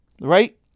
right